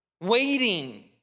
Waiting